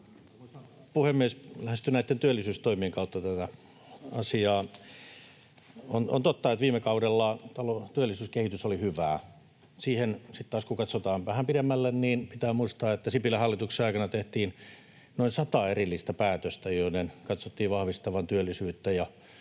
puhemies! Lähestyn näitten työllisyystoimien kautta tätä asiaa. On totta, että viime kaudella työllisyyskehitys oli hyvää. Sitten taas kun katsotaan vähän pidemmälle, niin pitää muistaa, että Sipilän hallituksen aikana tehtiin noin sata erillistä päätöstä, joiden katsottiin vahvistavan työllisyyttä